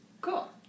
Cool